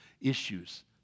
issues